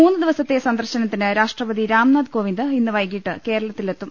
മൂന്ന് ദിവസത്തെ സന്ദർശനത്തിന് രാഷ്ട്രപതി രാംനാഥ് കോവിന്ദ് ഇന്ന് വൈകീട്ട് കേരളത്തിലെത്തും